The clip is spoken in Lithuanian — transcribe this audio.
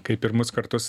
kai pirmus kartus